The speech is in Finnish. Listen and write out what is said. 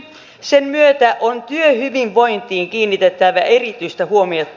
sen myötä on työhyvinvointiin kiinnitettävä erityistä huomiota